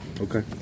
Okay